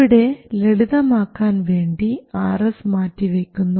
ഇവിടെ ലളിതമാക്കാൻ വേണ്ടി Rs മാറ്റിവയ്ക്കുന്നു